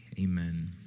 amen